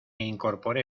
incorporé